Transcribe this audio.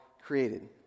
created